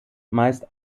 meist